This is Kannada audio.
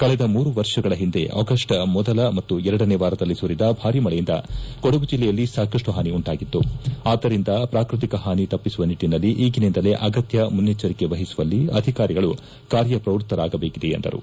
ಕಳೆದ ಮೂರು ವರ್ಷಗಳ ಹಿಂದೆ ಆಗಸ್ವ್ ಮೊದಲ ಮತ್ತು ಎರಡನೇ ವಾರದಲ್ಲಿ ಸುರಿದ ಭಾರಿ ಮಳೆಯಿಂದ ಕೊಡಗು ಜಿಲ್ಲೆಯಲ್ಲಿ ಸಾಕಷ್ಟು ಹಾನಿ ಉಂಟಾಗಿತ್ತು ಆದ್ದರಿಂದ ಪ್ರಾಕೃತಿಕ ಹಾನಿ ತಪ್ಪಿಸುವ ನಿಟ್ಟಿನಲ್ಲಿ ಈಗಿನಿಂದಲೇ ಅಗತ್ಯ ಮುನ್ನೆಚ್ಚರಿಕೆ ವಹಿಸುವಲ್ಲಿ ಅಧಿಕಾರಿಗಳು ಕಾರ್ಯ ಪ್ರವೃತರಾಗಬೇಕಿದೆ ಎಂದರು